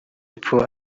epfo